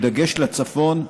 בדגש על הצפון,